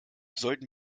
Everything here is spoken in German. sollten